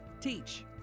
Teach